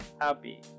happy